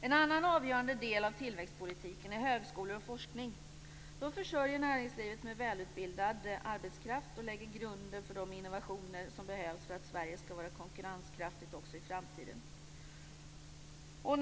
En annan avgörande del av tillväxtpolitiken är högskolor och forskning. De försörjer näringslivet med välutbildad arbetskraft och lägger grunden för de innovationer som behövs för att Sverige skall vara konkurrenskraftigt också i framtiden.